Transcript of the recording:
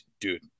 dude